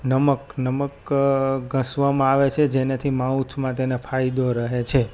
નમક નમક ખસવામાં આવે છે જેનેથી માઉથમાં તેને ફાયદો રહે છે